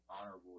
honorable